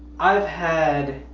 i've had.